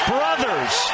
Brothers